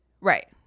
right